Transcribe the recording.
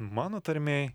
mano tarmėj